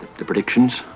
the predictions,